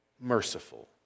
merciful